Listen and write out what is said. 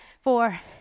four